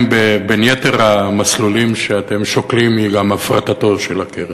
האם בין יתר המסלולים אתם שוקלים גם הפרטתה של הקרן?